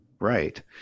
Right